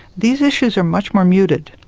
these issues are much more muted.